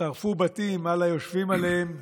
שרפו בתים על היושבים עליהם,